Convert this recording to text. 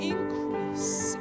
Increase